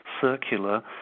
circular